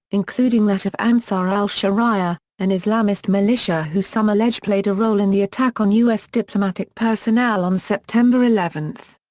including that of ansar al-sharia, an islamist militia who some allege played a role in the attack on u s. diplomatic personnel on september eleven.